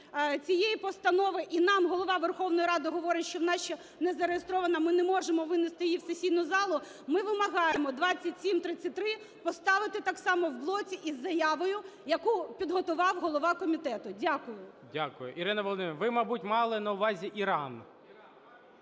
цієї постанови, і нам Голова Верховної Ради говорить, що вона ще не зареєстрована, ми не можемо винести її в сесійну залу, ми вимагаємо 2733 поставити так само в блоці із заявою, яку підготував голова комітету. Дякую. ГОЛОВУЮЧИЙ. Дякую. Ірина Володимирівна, ви, мабуть, мали на увазі Іран.